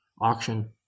auction